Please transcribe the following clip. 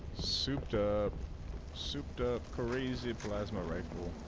souped up souped up for easy plasma rifle